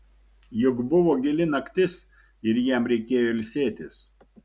juk buvo gili naktis ir jam reikėjo ilsėtis